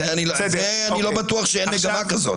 אני לא בטוח שאין מגמה כזאת.